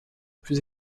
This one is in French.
plus